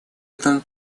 этом